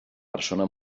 persona